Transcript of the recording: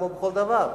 כמו בכל דבר.